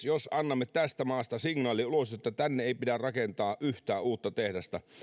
jos annamme tästä maasta signaalia ulos että tänne ei pidä rakentaa yhtään uutta tehdasta niin